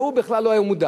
שההוא בכלל לא היה מודע,